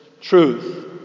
truth